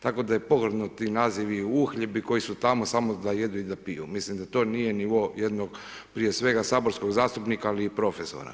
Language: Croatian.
Tako da je pogrdno ti nazivi uhljebi koji su tamo, samo da jedu i da piju, mislim da to nije nivo jednog prije svega saborskog zastupnika ali i profesora.